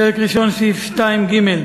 פרק ראשון, סעיף 2(ג),